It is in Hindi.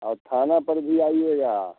और थाने पर भी आइएगा